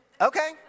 okay